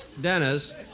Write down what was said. Dennis